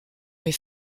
met